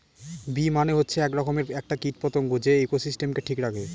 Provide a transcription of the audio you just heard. bee মানে হচ্ছে এক রকমের একটা কীট পতঙ্গ যে ইকোসিস্টেমকে ঠিক রাখে